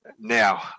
now